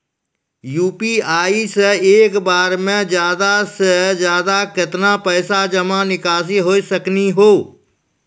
UPI से एक बार मे ज्यादा से ज्यादा केतना पैसा जमा निकासी हो सकनी हो?